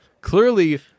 clearly